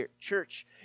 church